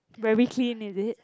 very clean is it